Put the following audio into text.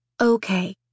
Okay